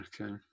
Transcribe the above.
Okay